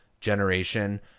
generation